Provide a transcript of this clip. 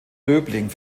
döbling